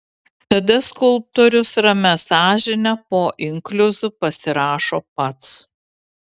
tada skulptorius ramia sąžine po inkliuzu pasirašo pats